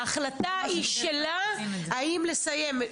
ההחלטה היא שלה האם לסיים את זה.